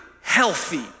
healthy